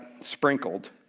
sprinkled